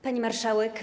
Pani Marszałek!